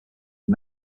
his